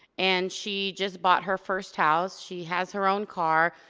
and she just bought her first house, she has her own car,